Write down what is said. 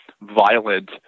violent